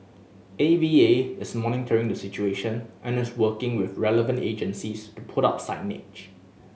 A V A is monitoring the situation and is working with relevant agencies to put up signage